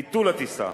ביטול הטיסה,